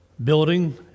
building